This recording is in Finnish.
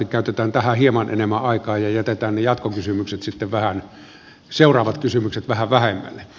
käytetään tähän hieman enemmän aikaa ja jätetään ne seuraavat kysymykset vähän vähemmälle